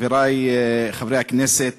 חברי חברי הכנסת,